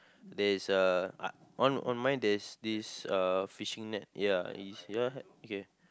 there is a uh on on mine there's this uh fishing net ya is ya okay